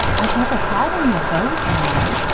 i've never had any of those, you know.